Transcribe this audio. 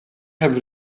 hebben